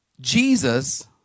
Jesus